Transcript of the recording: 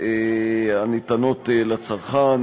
הניתנות לצרכן,